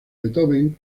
beethoven